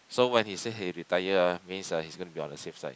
so when he say he retire ah means ah he's going to be on the safe side